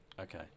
Okay